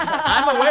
i'm aware